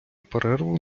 перерву